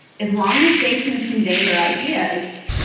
as long as they can convey their ideas,